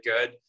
good